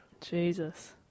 Jesus